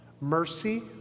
mercy